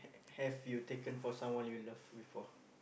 have you taken for someone you love before